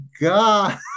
God